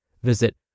Visit